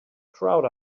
crowd